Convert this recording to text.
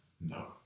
No